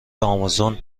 امازون